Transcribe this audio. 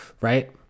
right